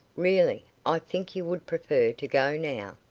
really, i think you would prefer to go now?